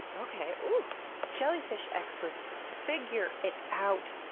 okay. jellyfish experts, figure it out!